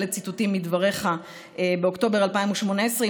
אלה ציטוטים מדבריך באוקטובר 2018,